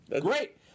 Great